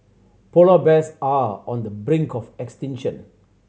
polar bears are on the brink of extinction